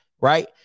right